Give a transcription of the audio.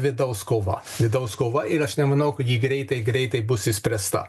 vidaus kova vidaus kova ir aš nemanau kad ji greitai greitai bus išspręsta